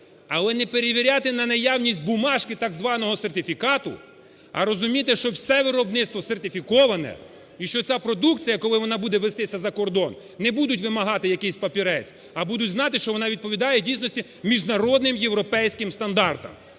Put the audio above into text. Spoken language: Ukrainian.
Але не перевіряти на наявність бумажки, так званого сертифікату, а розуміти, що все виробництво сертифіковане і що ця продукція, коли вона буде везтися за кордон, не будуть вимагати якийсь папірець, а будуть знати, що вона відповідає в дійсності міжнародним європейським стандартам.